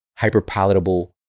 hyperpalatable